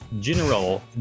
General